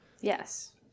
Yes